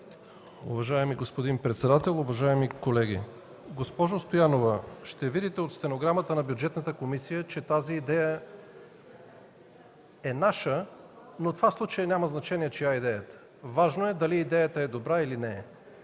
Уважаеми господин председател, уважаеми колеги! Госпожо Стоянова, ще видите от стенограмата на Комисията по бюджет и финанси, че тази идея е наша, но това в случая няма значение – чия е идеята, важно е дали идеята е добра, или не е.